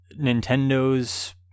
nintendo's